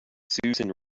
susan